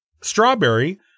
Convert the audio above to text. strawberry